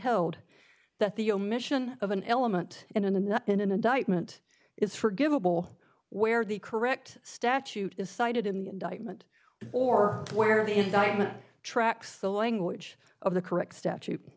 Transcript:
held that the omission of an element in a not in an indictment is forgivable where the correct statute is cited in the indictment or where the indictment tracks the language of the correct statute